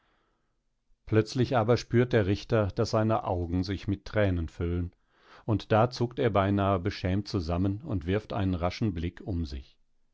plötzlich aber spürt der richter daß seine augen sich mit tränen füllen und da zuckt er beinahe beschämt zusammen und wirft einen raschen blick um sich